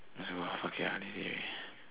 let's go fuck it ah it's late already